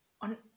on